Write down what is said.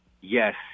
Yes